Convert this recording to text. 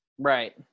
Right